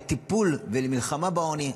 לטיפול ולמלחמה בעוני,